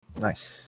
Nice